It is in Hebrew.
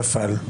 נפל.